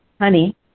honey